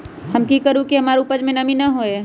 हम की करू की हमार उपज में नमी होए?